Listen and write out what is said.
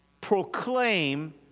proclaim